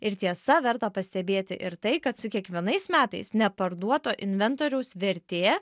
ir tiesa verta pastebėti ir tai kad su kiekvienais metais neparduoto inventoriaus vertė